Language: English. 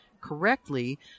correctly